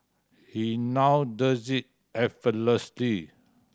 he now does it effortlessly